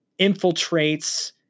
infiltrates